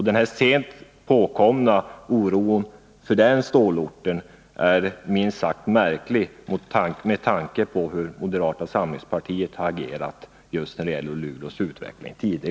Den sent påkomna oron för den stålorten är minst sagt märklig med tanke på hur moderata samlingspartiet tidigare har agerat just när det gäller Luleås utveckling.